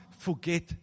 Forget